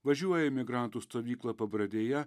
važiuoja į migrantų stovykla pabradėje